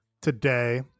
today